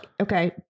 okay